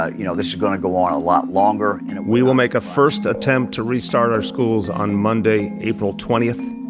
ah you know, this is going to go on a lot longer we will make a first attempt to restart our schools on monday, april twenty.